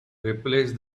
replace